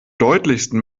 deutlichsten